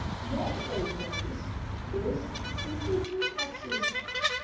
one of those ways is simply through exercise.